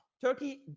Turkey